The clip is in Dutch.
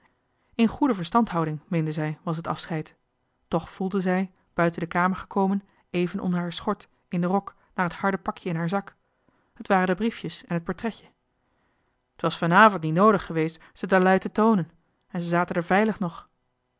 in goede verstandhouding meende zij was het afscheid toch voelde zij buiten de kamer gekomen even onder haar schort in den rok naar het harde pakje in haar zak het waren de briefjes en het purtretje t was venavent nie noodig gewees ze durlui te toonen en ze zaten d'er veilig nog